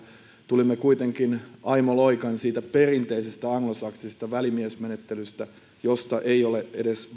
tulimme kuitenkin aimo loikan siitä perinteisestä anglosaksisesta välimiesmenettelystä jossa ei ole